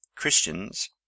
Christians